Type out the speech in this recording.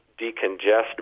decongest